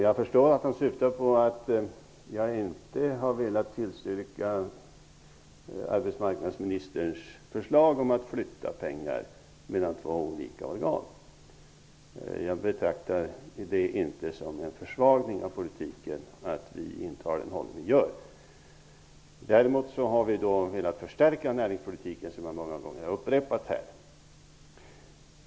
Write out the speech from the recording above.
Jag förstår att han syftar på att jag inte har velat tillstyrka arbetsmarknadsministerns förslag om att flytta pengar mellan två olika organ. Jag betraktar inte det som en försvagning av politiken att vi intar den hållning vi gör. Däremot har vi velat förstärka näringspolitiken, som jag många gånger har upprepat här.